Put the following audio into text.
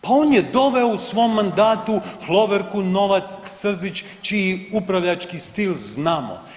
Pa on je doveo u svom mandatu Hloverku Novak Srzić čiji upravljački stil znamo.